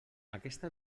aquesta